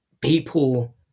people